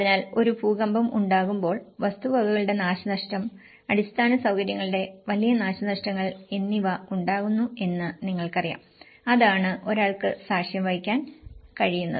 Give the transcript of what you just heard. അതിനാൽ ഒരു ഭൂകമ്പം ഉണ്ടാകുമ്പോൾ വസ്തുവകകളുടെ നാശനഷ്ടം അടിസ്ഥാന സൌകര്യങ്ങളുടെ വലിയ നാശനഷ്ടങ്ങൾ എന്നിവ ഉണ്ടാകുന്നു എന്ന് നിങ്ങൾക്കറിയാം അതാണ് ഒരാൾക്ക് സാക്ഷ്യം വഹിക്കാൻ കഴിയുന്നത്